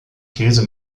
käse